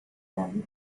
them